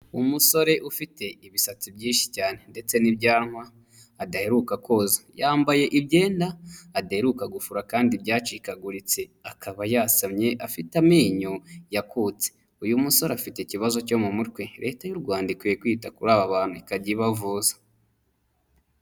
Umusore ufite ibisatsi byinshi cyane ndetse n'ibyanwa adaheruka koza, yambaye imyenda adaheruka gufura kandi byacikaguritse. Akaba yasamye afite amenyo yakutse. Uyu musore afite ikibazo cyo mu mutwe, Leta y'u Rwanda ikwiye kwita kuri aba bantu ikajya ibavuza.